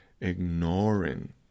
ignoring